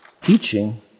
teaching